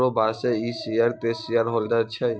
हमरो बॉसे इ शेयर के शेयरहोल्डर छै